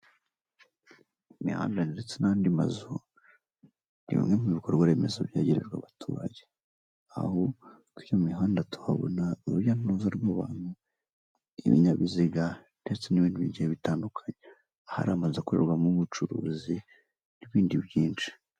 Imihanda ndetse n'andi mazu ni bimwe mu bikorwa remezo bygerejwe abaturage, aho kuri iyo mihanda tuhabona urujya n'uruza rw'abantu ibinyabiziga ndetse n'ibindi bigiye bitandukanye, hari amazu akoremo ubucuruzi n'ibindi byinshi.